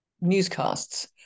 newscasts